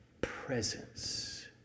presence